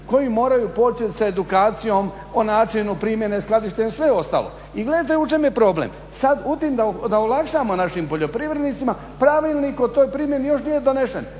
koji moraju poći sa edukacijom o načinu primjene, skladištem i sve ostalo. I gledajte u čemu je problem. Sad u tim, da olakšamo našim poljoprivrednicima pravilnik o toj primjeni još nije donesen.